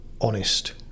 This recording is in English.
honest